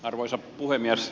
arvoisa puhemies